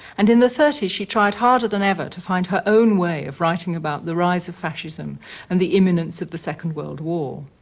and in the thirty s, she tried harder than ever to find her own way of writing about the rise of fascism and the imminence of the second world war.